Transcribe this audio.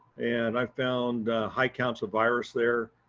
and i've found high counts of virus there.